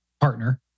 partner